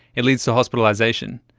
it leads to hospitalisation,